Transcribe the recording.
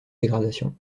dégradations